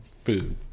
food